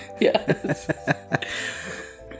Yes